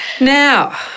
now